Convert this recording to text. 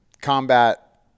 combat